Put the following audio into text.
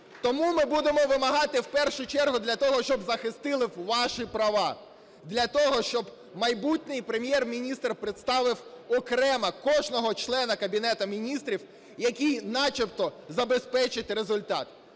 Тому ми будемо вимагати, в першу чергу, для того, щоб захистили ваші права, для того, щоб майбутній Прем'єр-міністр представив окремо кожного члена Кабінету Міністрів, який начебто забезпечить результат.